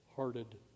hearted